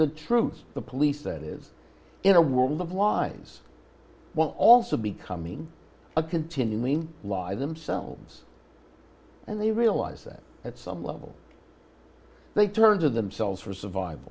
the truth the police that is in a world of lies while also becoming a continuing lie themselves and they realize that at some level they turn to themselves for surviv